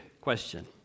question